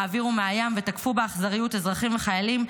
מהאוויר ומהים ותקפו באכזריות אזרחים וחיילים,